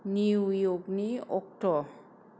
निउयर्कनि अक्ट'